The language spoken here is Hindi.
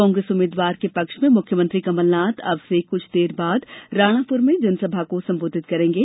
कांग्रेस उम्मीदवार के पक्ष में मुख्यमंत्री कमलनाथ अब से कुछ देर बाद राणापुर में जनसभा को संबोधित करेंगे